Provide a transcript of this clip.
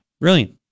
Brilliant